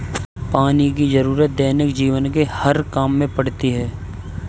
पानी की जरुरत दैनिक जीवन के हर काम में पड़ती है